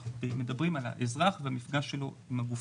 אנחנו מדברים על האזרח והמפגש שלו עם הגופים.